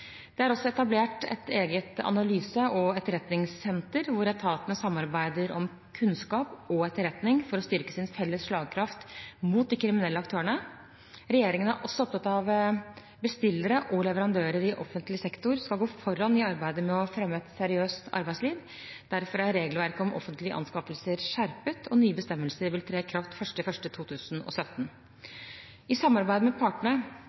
Det er også etablert et eget analyse- og etterretningssenter, hvor etatene samarbeider om kunnskap og etterretning for å styrke sin felles slagkraft mot de kriminelle aktørene. Regjeringen er også opptatt av at bestillere og leverandører i offentlig sektor skal gå foran i arbeidet med å fremme et seriøst arbeidsliv. Derfor er regelverket om offentlige anskaffelser skjerpet, og nye bestemmelser vil tre i kraft 1. januar 2017. I samarbeid med partene